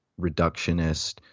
reductionist